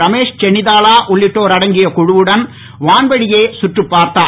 ரமேஷ் சென்னிதாலா உள்ளிட்டோர் அடங்கிய குழுவுடன் வான்வழியே கற்றிப்பார்த்தார்